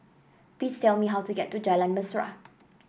please tell me how to get to Jalan Mesra